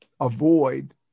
avoid